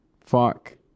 Fuck